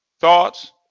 thoughts